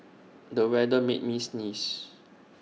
the weather made me sneeze